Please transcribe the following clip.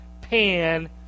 pan